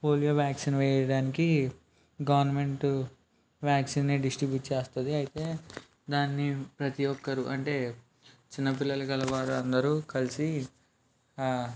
polio vaccine వేయడానికి government వ్యాక్సిన్ను distribute చేస్తుంది అయితే దాన్ని ప్రతి ఒకరు అంటే చిన్న పిల్లలు కలవారు అందరు కలిసి